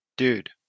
Dude